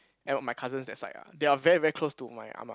and my cousins that side ah they are very very close to my ah ma